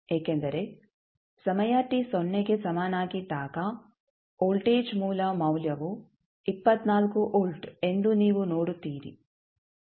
ಏಕೆಂದರೆ ಸಮಯ t ಸೊನ್ನೆಗೆ ಸಮನಾಗಿದ್ದಾಗ ವೋಲ್ಟೇಜ್ ಮೂಲ ಮೌಲ್ಯವು 24 ವೋಲ್ಟ್ ಎಂದು ನೀವು ನೋಡುತ್ತೀರಿ